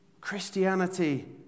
Christianity